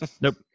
nope